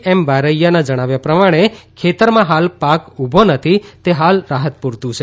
એમ બારૈયાના જણાવ્યા પ્રમાણે ખેતરમાં હાલ પાક ઉભો નથી તે હાલ રાહત પૂરતું છે